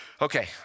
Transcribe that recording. Okay